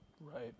Right